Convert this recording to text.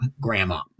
grandma